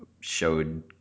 showed